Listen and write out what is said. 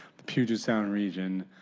the puget sound region,